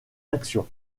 actions